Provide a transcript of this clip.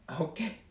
Okay